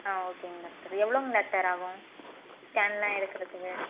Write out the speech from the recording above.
ஆ ஓகேங்க டாக்டர் எவ்வளோங்க டாக்டர் ஆகும் ஸ்கேன்லாம் எடுக்குகிறதுக்கு